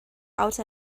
out